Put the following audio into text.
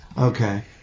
Okay